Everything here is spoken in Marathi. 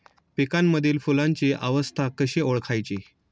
पिकांमधील फुलांची अवस्था कशी ओळखायची?